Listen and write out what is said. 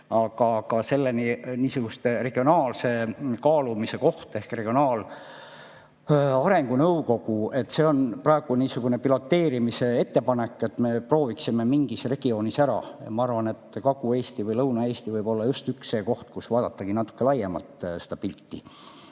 Aga niisuguse regionaalse kaalumise koht ehk regionaalarengu nõukogu, see on praegu niisugune piloteerimise ettepanek, me prooviksime mingis regioonis ära. Ma arvan, et Kagu-Eesti või Lõuna-Eesti võib olla just üks see koht, kus vaadatagi natuke laiemalt seda pilti.